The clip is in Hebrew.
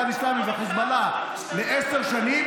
הג'יהאד האסלאמי והחיזבאללה לעשר שנים,